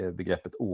begreppet